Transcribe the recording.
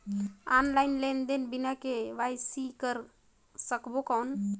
Online लेनदेन बिना KYC कर सकबो कौन??